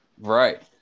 Right